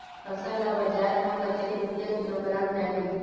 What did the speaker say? फसल ला बजार मां कतेक रुपिया किलोग्राम जाही?